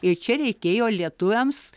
ir čia reikėjo lietuviams